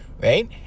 right